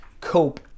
cope